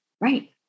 Right